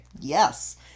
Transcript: Yes